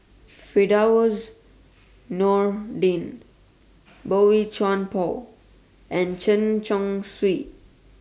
Firdaus Nordin Boey Chuan Poh and Chen Chong Swee